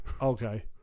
Okay